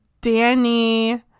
Danny